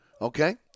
okay